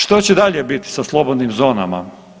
Što će dalje biti sa slobodnim zonama?